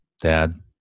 dad